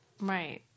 Right